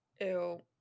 Ew